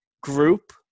group